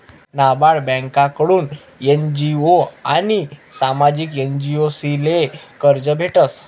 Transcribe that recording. नाबार्ड ब्यांककडथून एन.जी.ओ आनी सामाजिक एजन्सीसले कर्ज भेटस